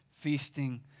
feasting